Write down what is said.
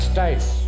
States